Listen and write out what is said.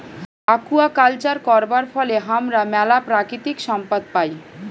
aquaculture করবার ফলে হামরা ম্যালা প্রাকৃতিক সম্পদ পাই